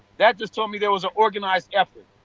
that just told me there is an organized effort.